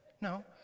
No